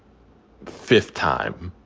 fifth time,